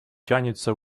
тянется